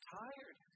tired